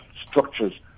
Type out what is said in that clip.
structures